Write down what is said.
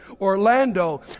Orlando